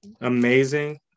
amazing